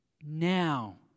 Now